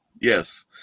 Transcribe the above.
Yes